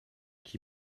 qui